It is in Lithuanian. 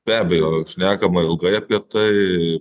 be abejo šnekama ilgai apie tai